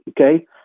Okay